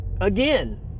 Again